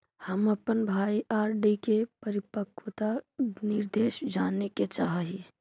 हम अपन आर.डी के परिपक्वता निर्देश जाने के चाह ही